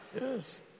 Yes